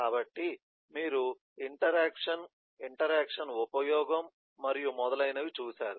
కాబట్టి మీరు interaction interaction ఉపయోగం మరియు మొదలైనవి చూశారు